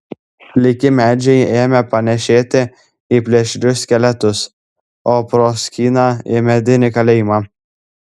pliki medžiai ėmė panėšėti į plėšrius skeletus o proskyna į medinį kalėjimą